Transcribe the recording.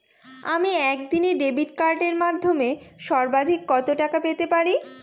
আমি একদিনে ডেবিট কার্ডের মাধ্যমে সর্বাধিক কত টাকা পেতে পারি?